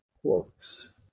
quotes